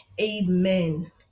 Amen